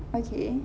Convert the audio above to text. okay